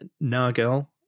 Nagel